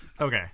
Okay